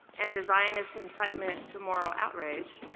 and the zionist incitement to moral outrage,